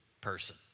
person